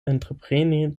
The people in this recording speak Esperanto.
entrepreni